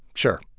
sure.